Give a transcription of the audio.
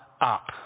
up